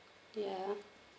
yeah